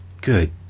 Good